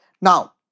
Now